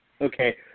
Okay